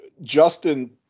Justin